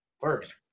first